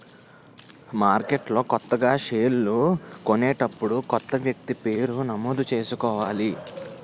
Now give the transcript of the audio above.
మార్కెట్లో కొత్తగా షేర్లు కొనేటప్పుడు కొత్త వ్యక్తి పేరు నమోదు చేసుకోవాలి